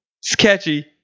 Sketchy